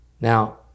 now